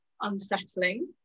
unsettling